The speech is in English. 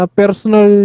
personal